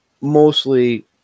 Mostly